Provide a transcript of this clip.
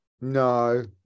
No